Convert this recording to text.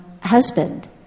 husband